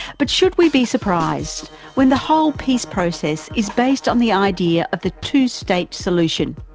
but should we be surprised when the whole peace process is based on the idea of the two-state solution,